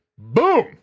Boom